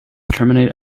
terminate